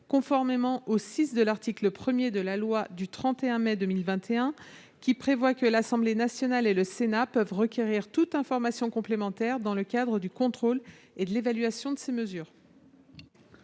conformément au VI de l'article 1 de la loi du 31 mai 2021, qui prévoit que « l'Assemblée nationale et le Sénat peuvent requérir toute information complémentaire dans le cadre du contrôle et de l'évaluation de ces mesures